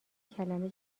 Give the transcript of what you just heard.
کلمه